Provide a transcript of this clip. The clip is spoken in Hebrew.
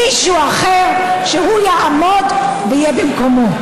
מישהו אחר, שהוא יעמוד ויהיה במקומו.